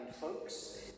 folks